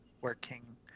working